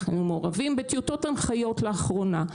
אנחנו היינו מעורבים בטיוטות הנחיות לאחרונה.